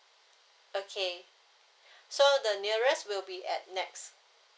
okay so the nearest will be at nex